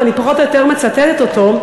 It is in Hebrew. ואני פחות או יותר מצטטת אותו,